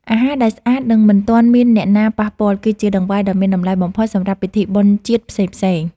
អាហារដែលស្អាត និងមិនទាន់មានអ្នកណាប៉ះពាល់ គឺជាដង្វាយដ៏មានតម្លៃបំផុតសម្រាប់ពិធីបុណ្យជាតិផ្សេងៗ។